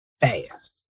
fast